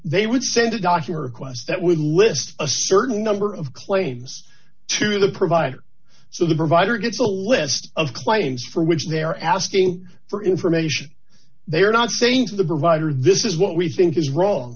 they would say the doctor requests that we list a certain number of claims to the provider so the provider gets a list of claims for which they're asking for information they are not saying to the provider this is what we think is wrong